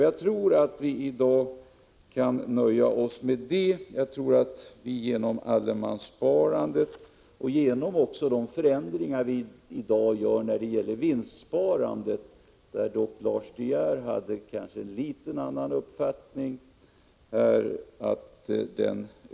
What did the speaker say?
Jag tror att vi i dag kan nöja oss med allemanssparandet och de förändringar vi i dag gör när det gäller vinstsparandet, även om Lars De Geer ändå har en något avvikande uppfattning.